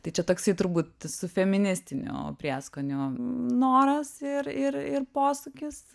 tai čia toksai turbūt su feministiniu prieskoniu noras ir ir ir posūkis